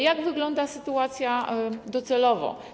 Jak wygląda sytuacja docelowo?